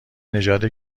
نژاد